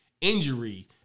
injury